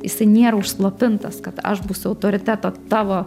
jisai nėra užslopintas kad aš būsiu autoriteto tavo